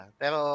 pero